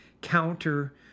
counter